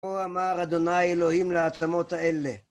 כה אמר ה' אלוהים לעצמות האלה